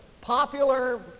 popular